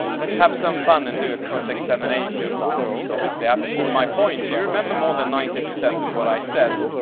let's have some fun and do a cross-examination because obviously i have to prove my point. do you remember more than ninety percent of what i said?